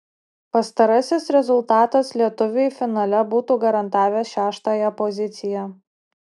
pastarasis rezultatas lietuviui finale būtų garantavęs šeštąją poziciją